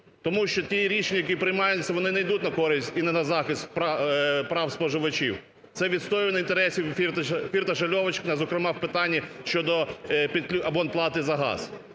тому що ті рішення, які приймаються, вони не йдуть на користь і не на захист прав споживачів. Це відстоювання інтересів Фірташа, Льовочкіна, зокрема, в питанні щодо абонплати за газ.